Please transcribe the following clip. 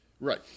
Right